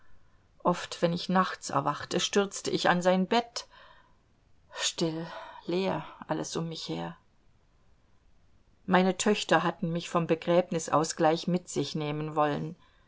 oft wenn ich nachts erwachte stürzte ich an sein bett still leer alles um mich her meine töchter hatten mich vom begräbnis aus gleich mit sich nehmen wollen